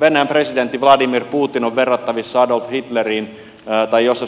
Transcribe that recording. venäjän presidentti vladimir putin on verrattavissa adolf hitleriin tai josif staliniin